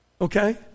Okay